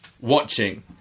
watching